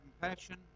compassion